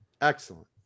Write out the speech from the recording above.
Excellent